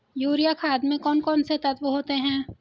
Urea खाद में कौन कौन से तत्व होते हैं?